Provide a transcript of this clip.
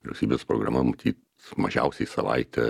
vyriausybės programa matyt mažiausiai savaitę